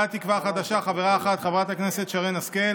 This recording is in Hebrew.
סיעת תקווה חדשה, חברה אחת, חברת הכנסת שרן השכל,